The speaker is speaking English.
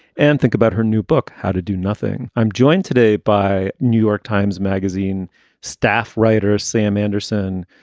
and think about her new book, how to do nothing. i'm joined today by new york times magazine staff writer sam anderson,